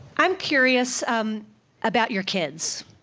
i'm curious um about your kids.